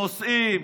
נוסעים,